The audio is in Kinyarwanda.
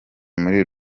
muri